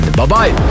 Bye-bye